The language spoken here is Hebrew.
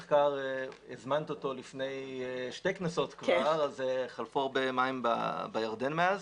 את המחקר הזמנת לפני שתי כנסות וחלפו הרבה מים בירדן מאז.